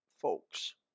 folks